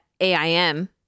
aim